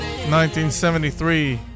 1973